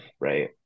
right